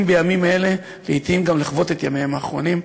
בימים אלה לעתים גם לחוות את ימיהם האחרונים.